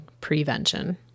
prevention